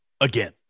again